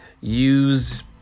Use